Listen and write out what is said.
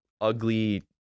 ugly